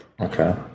Okay